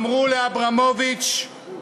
אמרו לאברמוביץ,